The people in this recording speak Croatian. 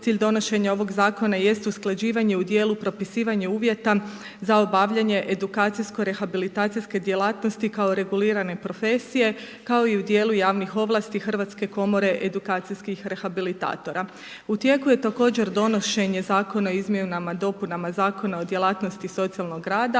cilj donošenje ovog zakona jest usklađivanje u dijelu propisivanja uvjeta za obavljanje edukacijsko rehabilitacijskog kao regulirane profesije, kao i u dijelu javnih ovlasti hrvatske komore edukacijskih rehabilitatora. U tijeku je također donošenje Zakona o izmjenama i dopunama Zakona o djelatnosti socijalnog rada,